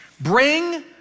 bring